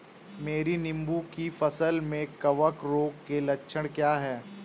मेरी नींबू की फसल में कवक रोग के लक्षण क्या है?